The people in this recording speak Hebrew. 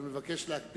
אבל אני מבקש להקפיד.